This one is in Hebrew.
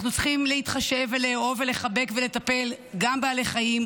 אנחנו צריכים להתחשב ולאהוב ולחבק ולטפל גם בבעלי חיים,